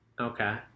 Okay